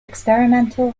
experimental